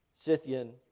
Scythian